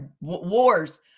wars